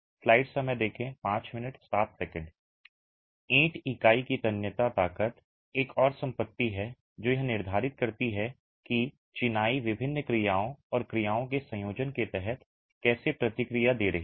ईंट इकाई की तन्यता ताकत एक और संपत्ति है जो यह निर्धारित करती है कि चिनाई विभिन्न क्रियाओं और क्रियाओं के संयोजन के तहत कैसे प्रतिक्रिया दे रही है